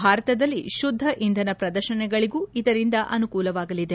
ಭಾರತದಲ್ಲಿ ಶುದ್ದ ಇಂಧನದ ಶ್ರದರ್ಶನಗಳಗೂ ಇದರಿಂದ ಅನುಕೂಲವಾಗಲಿದೆ